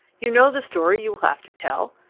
you know the story you will have to tell?